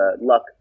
luck